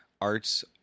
arts